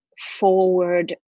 forward